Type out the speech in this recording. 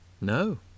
No